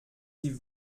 sie